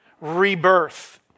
rebirth